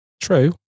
True